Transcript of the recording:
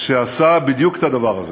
שעשה בדיוק את הדבר הזה,